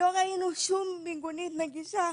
לא ראינו שום מיגונית נגישה,